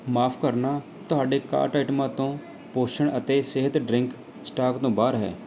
ਮਾਫ਼ ਕਰਨਾ ਤੁਹਾਡੇ ਕਾਰਟ ਆਈਟਮਾਂ ਤੋਂ ਪੋਸ਼ਣ ਅਤੇ ਸਿਹਤ ਡਰਿੰਕ ਸਟਾਕ ਤੋਂ ਬਾਹਰ ਹੈ